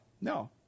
no